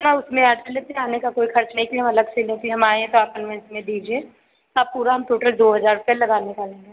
हाँ उसमें ऐड कर लेते आने का कोई ख़र्च नहीं फिर हम अलग से लें फिर हम आऍं तो आप पमेंट हमें दीजिए अब पूरा हम टोटल जोड़ जाड़कर लगा निकालेंगे